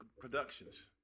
Productions